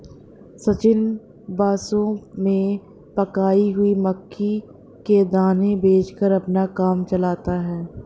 सचिन बसों में पकाई हुई मक्की के दाने बेचकर अपना काम चलाता है